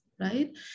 right